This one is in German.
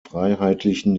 freiheitlichen